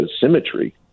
symmetry